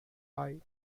eye